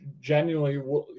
genuinely